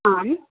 आं